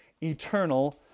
eternal